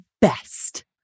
best